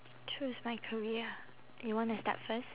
choose my career ah you wanna start first